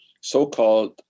so-called